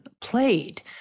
played